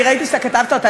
אני ראיתי שכתבת אותה,